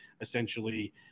essentially